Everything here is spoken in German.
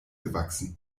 gewachsen